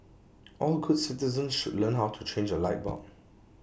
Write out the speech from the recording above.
all good citizens should learn how to change A light bulb